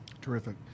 Terrific